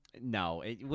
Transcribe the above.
no